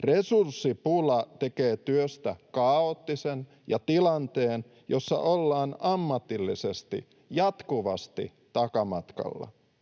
Resurssipula tekee työstä kaoottisen ja tilanteen, jossa ollaan ammatillisesti jatkuvasti takamatkalla.